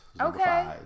Okay